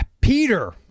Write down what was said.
Peter